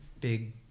Big